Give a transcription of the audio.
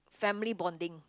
family bonding